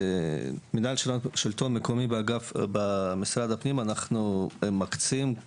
המנהל של השלטון המקומי במשרד הפנים אנחנו מקצים את